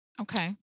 Okay